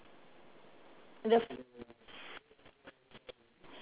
the